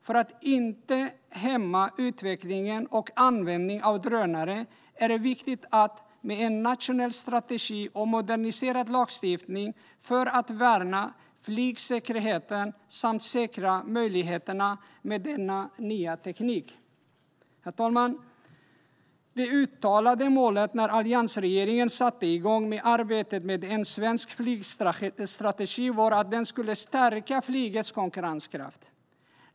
För att inte hämma utvecklingen och användning av drönare är det viktigt med en nationell strategi och moderniserad lagstiftning för att värna flygsäkerheten och säkra möjligheterna med denna nya teknik. Herr talman! Det uttalade målet när alliansregeringen satte igång med arbetet med en svensk flygstrategi var att den skulle stärka flygets konkurrenskraft.